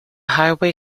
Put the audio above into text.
highway